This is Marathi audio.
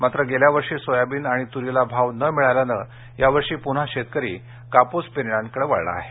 मात्र गेल्या वर्षी सोयाबीन आणि तुरीला भाव न मिळाल्यामुळे यावर्षी पुन्हा शेतकरी कापूस पेरण्याकडे वळला आहे